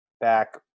back